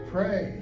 Pray